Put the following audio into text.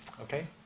Okay